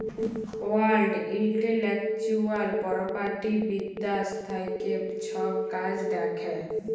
world intellectual property বিদ্যাশ থ্যাকে ছব কাজ দ্যাখে